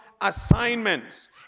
assignments